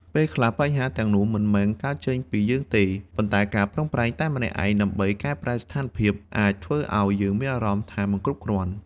ពេលខ្លះ បញ្ហាទាំងនោះមិនមែនកើតចេញពីយើងទេ ប៉ុន្តែការប្រឹងប្រែងតែម្នាក់ឯងដើម្បីកែប្រែស្ថានភាព អាចធ្វើឲ្យយើងមានអារម្មណ៍ថាមិនគ្រប់គ្រាន់។